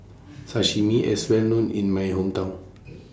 Sashimi IS Well known in My Hometown